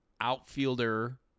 outfielder